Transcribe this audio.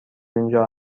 اینجا